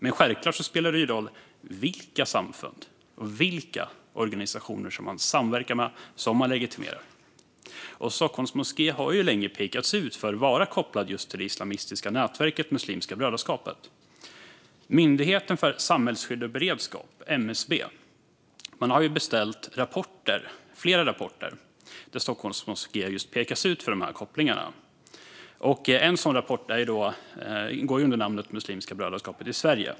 Men självklart spelar det roll vilka samfund och vilka organisationer som man samverkar med och som man legitimerar. Stockholms moské har länge pekats ut för att vara kopplat just till det islamistiska nätverket Muslimska brödraskapet. Myndigheten för samhällsskydd och beredskap, MSB, har beställt flera rapporter där just Stockholms moské pekas ut för de kopplingarna. En sådan rapport går under namnet Muslimska Brödraskapet i Sverige .